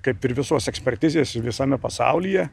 kaip ir visos ekspertizės visame pasaulyje